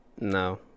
no